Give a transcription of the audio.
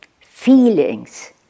feelings